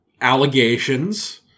allegations